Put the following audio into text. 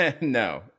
no